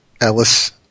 ellis